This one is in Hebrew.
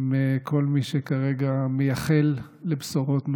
עם כל מי שכרגע מייחל לבשורות מעודדות.